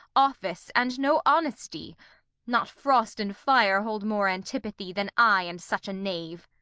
office, and no honesty not frost and fire hold more antipathy then i and such a knave.